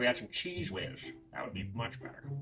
yeah some cheez whiz. that would be much better.